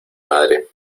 madre